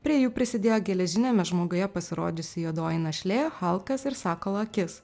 prie jų prisidėjo geležiniame žmoguje pasirodžiusi juodoji našlė halkas ir sakalo akis